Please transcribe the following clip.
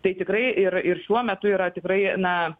tai tikrai ir ir šiuo metu yra tikrai na